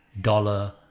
dollar